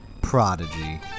Prodigy